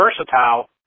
versatile